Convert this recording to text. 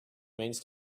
means